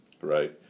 right